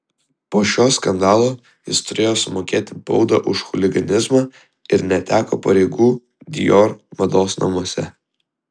po šio skandalo jis turėjo sumokėti baudą už chuliganizmą ir neteko pareigų dior mados namuose